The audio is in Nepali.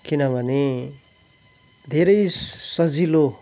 किनभने धेरै सजिलो